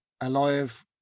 alive